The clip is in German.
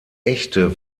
echte